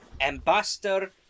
Ambassador